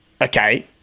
Okay